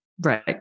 Right